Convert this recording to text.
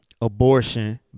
abortion